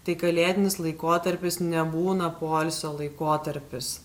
tai kalėdinis laikotarpis nebūna poilsio laikotarpis